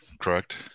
Correct